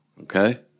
okay